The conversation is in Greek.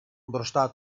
μπροστά